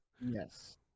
Yes